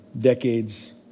decades